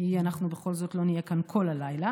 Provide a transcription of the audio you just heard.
כי אנחנו בכל זאת לא נהיה כאן כל הלילה,